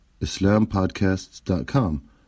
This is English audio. islampodcasts.com